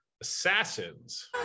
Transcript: assassins